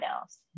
else